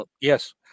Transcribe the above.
Yes